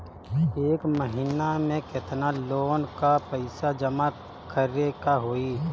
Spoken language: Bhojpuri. एक महिना मे केतना लोन क पईसा जमा करे क होइ?